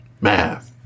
Math